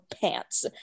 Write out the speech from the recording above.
pants